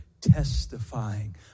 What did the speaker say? testifying